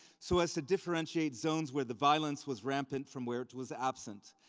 so as to differentiate zones where the violence was rampant from where it was absent.